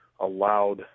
allowed